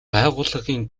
байгууллагын